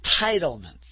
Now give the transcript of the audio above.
entitlements